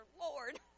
Lord